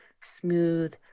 smooth